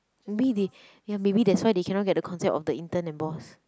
maybe they ya maybe that's why they cannot get the concept of the intern and boss